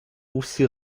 aussi